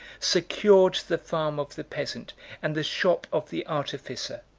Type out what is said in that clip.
secured the farm of the peasant and the shop of the artificer,